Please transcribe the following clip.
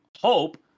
hope